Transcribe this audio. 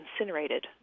incinerated